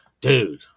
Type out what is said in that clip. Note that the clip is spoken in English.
Dude